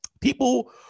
people